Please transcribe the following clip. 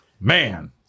Man